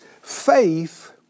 Faith